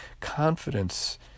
confidence